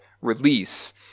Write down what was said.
release